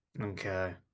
Okay